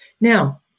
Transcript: Now